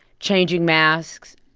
changing masks.